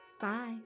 Bye